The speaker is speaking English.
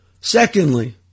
Secondly